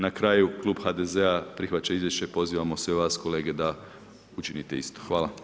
Na kraju, klub HDZ-a prihvaća izvješće i pozivamo sve vas kolege da učinite isto.